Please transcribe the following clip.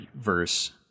verse